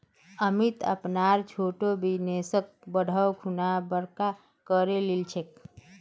अमित अपनार छोटो बिजनेसक बढ़ैं खुना बड़का करे लिलछेक